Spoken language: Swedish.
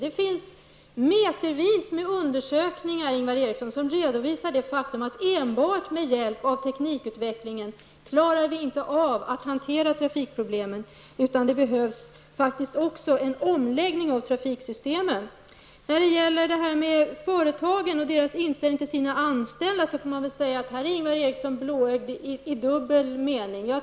Det finns metervis med undersökningar, Ingvar Eriksson, som redovisar det faktum att enbart med hjälp av teknikutveckling klarar vi inte av att hantera trafikproblemen. Det behövs faktiskt en omläggning av trafiksystem. Vidare har vi företagen och deras inställning till sina anställda. Här är Ingvar Eriksson blåögd i dubbel mening.